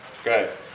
Okay